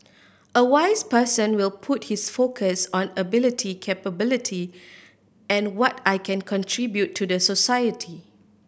a wise person will put his focus on ability capability and what I can contribute to the society